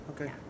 okay